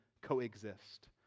coexist